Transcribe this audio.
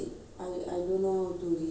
ya he said I don't know how to read